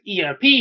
ERP